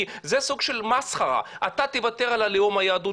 כי זה סוג של מסחרה, אתה תוותר על הלאום יהדות